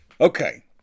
Okay